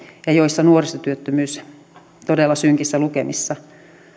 ja joissa nuorisotyöttömyys on todella synkissä lukemissa